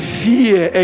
fear